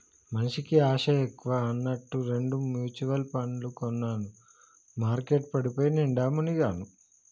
మనిషికి ఆశ ఎక్కువ అన్నట్టు రెండు మ్యుచువల్ పండ్లు కొన్నాను మార్కెట్ పడిపోయి నిండా మునిగాను